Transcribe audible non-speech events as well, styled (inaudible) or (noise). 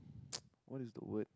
(noise) what is the word